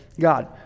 God